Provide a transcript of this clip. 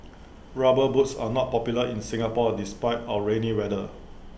rubber boots are not popular in Singapore despite our rainy weather